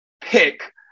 pick